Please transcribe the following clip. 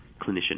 clinician